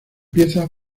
pieza